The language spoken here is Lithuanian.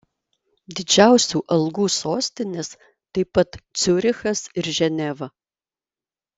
didžiausių algų sostinės taip pat ciurichas ir ženeva